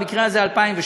במקרה הזה 2017,